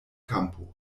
kampo